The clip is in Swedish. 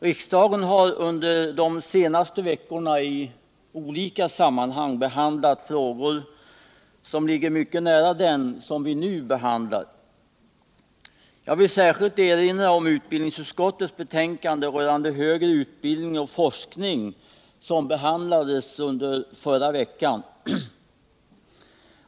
Riksdagen har under de senaste veckorna i olika sammanhang behandlat frågor som ligger mycket nära den som vi nu behandlar. Jag vill särskilt erinra om utbildningsutskottets betänkande rörande högre utbildning och forskning, vilket behandlades i förra veckan.